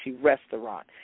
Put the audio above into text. restaurant